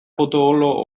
potolo